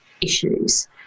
issues